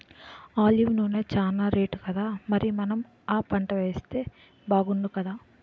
olive నూనె చానా రేటుకదా మరి మనం ఆ పంటలేస్తే బాగుణ్ణుకదా